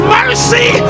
mercy